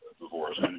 divorce